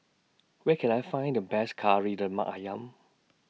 Where Can I Find The Best Kari Lemak Ayam